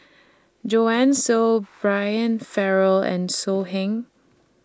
Joanne Soo Brian Farrell and So Heng